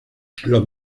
los